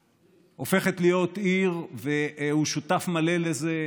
הופכת, והוא שותף מלא לזה,